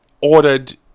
ordered